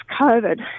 COVID